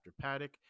paddock